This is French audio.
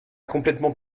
complètement